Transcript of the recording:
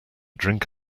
drink